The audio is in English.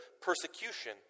persecution